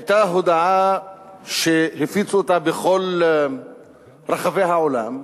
היתה הודעה שהפיצו אותה בכל רחבי העולם,